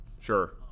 Sure